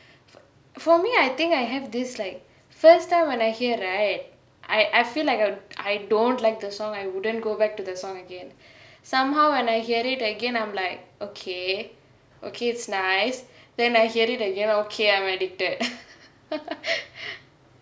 for for me I think I have this like first time when I hear right I I feel like err I don't like the song I wouldn't go back to this song again somehow when I hear it again I'm like okay okay it's nice then I hear it again okay I'm addicted